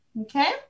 Okay